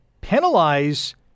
penalize